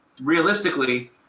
Realistically